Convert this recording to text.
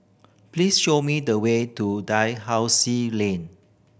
please show me the way to Dalhousie Lane